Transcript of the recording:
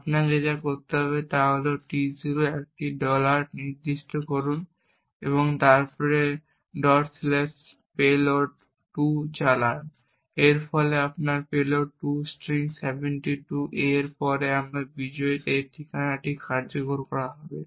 আপনাকে যা করতে হবে তা হল T0 একটি ডলার নির্দিষ্ট করুন এবং তারপরে payload 2 চালান এবং এর ফলে এই পেলোড 2 স্ট্রিং 72 A এর পরে বিজয়ীর এই ঠিকানাটি কার্যকর করা হবে